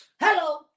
Hello